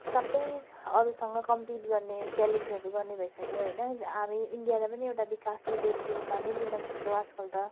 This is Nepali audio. सबै अरूसँग कम्पिट गर्ने च्यालेन्जहरू गर्ने भइसक्यो होइन अब इन्डियालाई नि एउटा विकासशील देशको रूपमा नै लिन सक्छौँ आजकल त